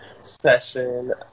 session